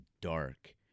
dark